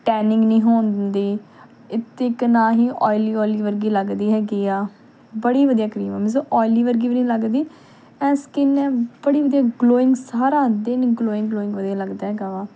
tanning ਨਹੀਂ ਹੋਣ ਦਿੰਦੀ ਅਤੇ ਇੱਕ ਨਾ ਹੀ ਓਇਲੀ ਓਇਲੀ ਵਰਗੀ ਲੱਗਦੀ ਹੈਗੀ ਆ ਬੜੀ ਵਧੀਆ ਕਰੀਮ ਆ ਮੀਨਜ਼ ਓਇਲੀ ਵਰਗੀ ਵੀ ਨਹੀਂ ਲੱਗਦੀ ਇਹ ਸਕਿੰਨ ਬੜੀ ਵਧੀਆ ਗਲੋਇੰਗ ਸਾਰਾ ਦਿਨ ਗਲੋਇੰਗ ਗਲੋਇੰਗ ਵਧੀਆ ਲੱਗਦਾ ਹੈਗਾ ਵਾ